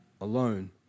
alone